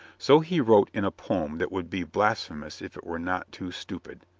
so he wrote in a poem that would be blasphemous if it were not too stupid.